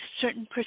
certain